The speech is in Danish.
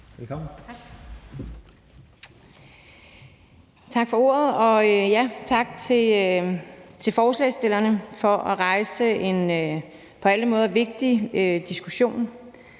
(S): Tak for ordet, og ja, tak til forslagsstillerne for at rejse en på alle måder vigtig diskussion.